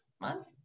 months